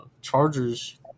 Chargers